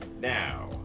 Now